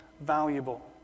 valuable